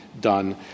done